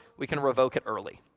we can revoke it early.